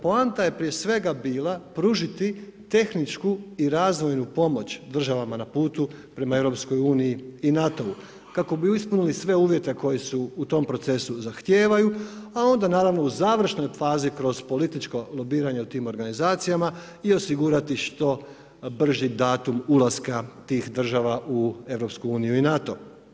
Poanta je prije svega bila, pružiti tehničku i razvojnu pomoć državama na putu prema EU i NATO-u, kako bi ispunili sve uvjete koje su u tom procesu zahtijevanju, a onda naravno u završnoj fazi kroz političko lobiranje u tim organizacijama i osigurati što brži datum ulaska tih država u EU i NATO.